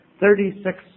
thirty-six